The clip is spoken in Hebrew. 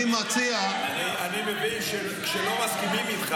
אני מבין שכשלא מסכימים איתך,